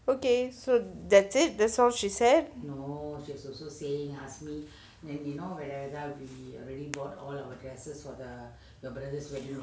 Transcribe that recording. okay so that's it that's all she said